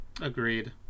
agreed